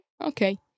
Okay